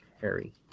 Harry